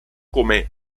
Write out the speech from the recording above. come